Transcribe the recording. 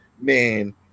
man